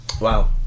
Wow